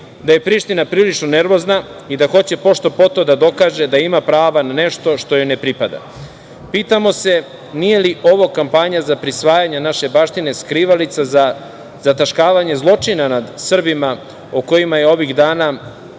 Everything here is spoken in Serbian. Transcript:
da je Priština prilično nervozna i da hoće pošto-poto da dokaže da ima prava na nešto što joj ne pripada. Pitamo se nije li ovo kampanja za prisvajanje naše baštine, skrivalica za zataškavanje zločina nad Srbima o kojima se ovih dana